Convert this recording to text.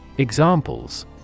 Examples